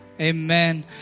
Amen